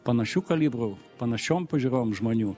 panašių kalibrų panašiom pažiūrom žmonių